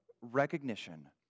recognition